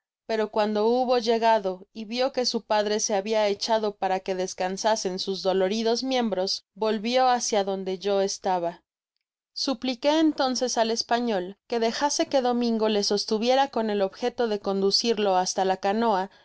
pero cuando hubo llegado y vió que su padre se babia echado para que descansasen sus doloridos miembros volvio hacia donde yo estaba supliqué entonces al español que dejase que domingo le sostuviera con el objeto de conducirlo hasta la canoa á